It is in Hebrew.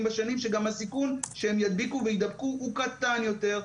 בשנים שגם הסיכון שהם ידביקו ויידבקו הוא קטן יותר,